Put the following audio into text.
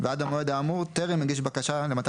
ועד המועד האמור טרם הגיש בקשה למתן